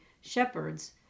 shepherds